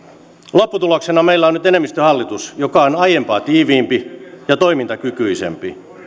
lopputuloksena meillä on nyt enemmistöhallitus joka on aiempaa tiiviimpi ja toimintakykyisempi